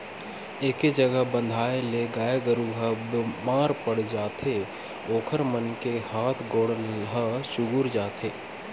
एके जघा बंधाए ले गाय गरू ह बेमार पड़ जाथे ओखर मन के हात गोड़ ह चुगुर जाथे